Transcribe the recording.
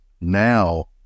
now